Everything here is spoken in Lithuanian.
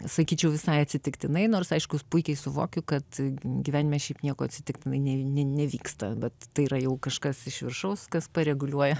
sakyčiau visai atsitiktinai nors aišku puikiai suvokiu kad gyvenime šiaip nieko atsitiktinai ne nevyksta bet tai yra jau kažkas iš viršaus kas pareguliuoja